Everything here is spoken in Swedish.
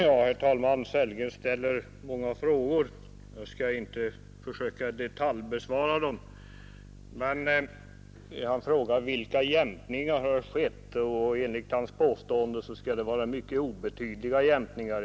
Herr talman! Herr Sellgren ställde många frågor, och jag skall inte försöka detaljbesvara dem. Han frågade vilka jämkningar som har skett, och enligt hans påstående skulle det vara mycket obetydliga jämkningar.